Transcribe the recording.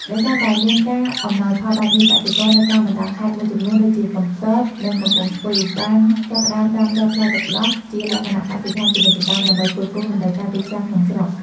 ដោយសារតែមានការអំណោយផលបែបនេះ កសិករនៅតាមបណ្តាខេត្តមួយចំនួនដូចជា កំពត និងកំពង់ស្ពឺ បានចាប់ផ្តើមដាំដុះផ្លែទឹកដោះជាលក្ខណៈកសិដ្ឋានពាណិជ្ជកម្ម ដើម្បីផ្គត់ផ្គង់តម្រូវការទីផ្សារក្នុងស្រុក។